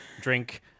drink